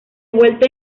vuelta